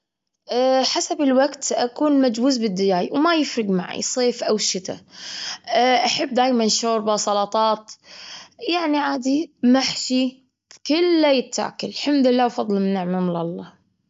شاي بالحليب، شاي كرك، بس يكون على نار هادئة مع الهيل، أو قهوة. يعني، هذا-هذول ال-ال-مشروباتي المفظلة.